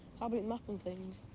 but and map and things.